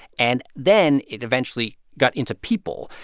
and then it eventually got into people.